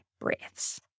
breaths